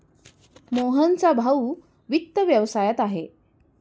मोहनचा भाऊ वित्त व्यवसायात आहे